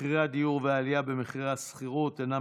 מחירי הדיור והעלייה במחירי השכירות אינם